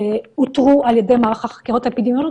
אותרו על ידי מערך החקירות האפידמיולוגיות.